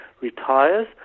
retires